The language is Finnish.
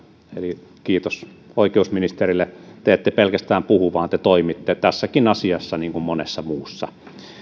eli kiitos oikeusministerille te ette pelkästään puhu vaan te toimitte tässäkin asiassa niin kuin monessa muussa